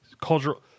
cultural